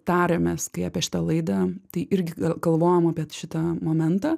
tariamės kai apie šitą laidą tai irgi galvojom apie šitą momentą